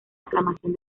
aclamación